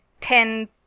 ten